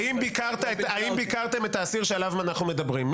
האם ביקרת את האסיר שעליו אנחנו מדברים,